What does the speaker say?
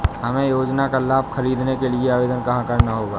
हमें योजना का लाभ ख़रीदने के लिए आवेदन कहाँ करना है?